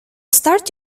start